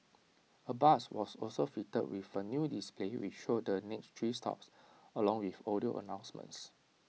A bus was also fitted with A new display which showed the next three stops along with audio announcements